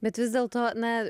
bet vis dėlto na